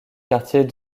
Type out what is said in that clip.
quartiers